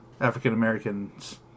African-Americans